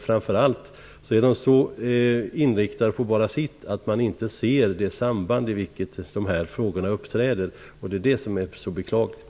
Framför allt är de så inriktade bara på sitt att de inte ser det samband i vilket dessa frågor uppträder, och det är det som är så beklagligt.